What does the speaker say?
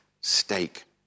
stake